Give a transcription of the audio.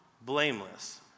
blameless